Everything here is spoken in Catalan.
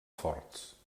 forts